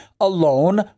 alone